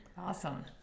Awesome